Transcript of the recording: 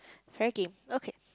fair game okay